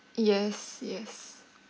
yes yes